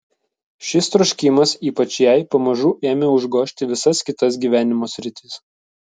šis troškimas ypač jai pamažu ėmė užgožti visas kitas gyvenimo sritis